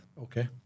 Okay